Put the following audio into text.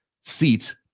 seats